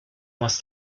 más